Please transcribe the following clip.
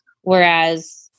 Whereas